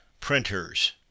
Printers